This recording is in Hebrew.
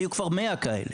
היו כבר מאה כאלה.